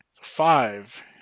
five